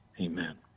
Amen